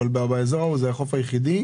אבל באזור ההוא זה החוף היחידי,